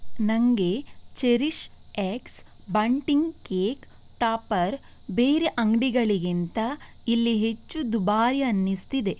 ನನಗೆ CherishX bunting cake topper ಬೇರೆ ಅಂಗಡಿಗಳಿಗಿಂತ ಇಲ್ಲಿ ಹೆಚ್ಚು ದುಬಾರಿ ಅನ್ನಿಸ್ತಿದೆ